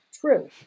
true